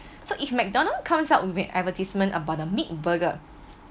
so if McDonald concept will be advertisement about the meat burger